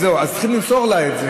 אז צריך למסור לה את זה.